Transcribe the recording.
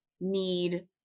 need